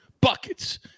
buckets